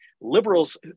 Liberals